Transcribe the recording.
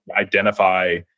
identify